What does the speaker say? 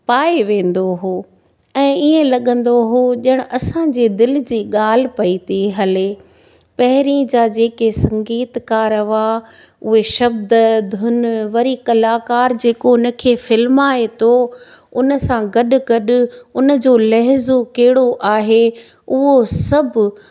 पाए वेंदो हुओ ऐं ईअं लॻंदो हुओ ॼण असांजी दिलि जी ॻाल्हि पई थी हले पहिरियों जा जेकी संगीतकार हुआ उहे शब्द धुन वरी कलाकारु जेको हुन खे फिल्माए थो उन सां गॾु गॾु उन जो लहिज़ो कहिड़ो आहे उहो सभु